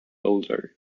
older